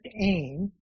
aim